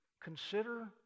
consider